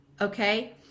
okay